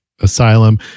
asylum